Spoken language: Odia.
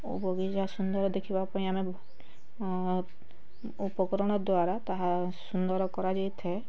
ଓ ବଗିଚା ସୁନ୍ଦର ଦେଖିବା ପାଇଁ ଆମେ ଉପକରଣ ଦ୍ୱାରା ତାହା ସୁନ୍ଦର କରାଯାଇଥାଏ